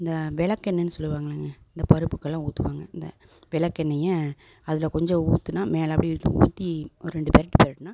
இந்த விளக்கெண்ணன்னு சொல்லுவாங்கள்லை இந்த பருப்புக்கெல்லாம் ஊற்றுவாங்க இந்த விளக்கெண்ணைய அதில் கொஞ்சம் ஊற்றுனா மேலாப்படியே எடுத்து ஊற்றி ஒரு ரெண்டு பிரட்டு பிரட்டுனா